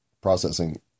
processing